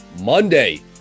Monday